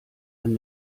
man